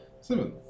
Seven